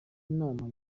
nama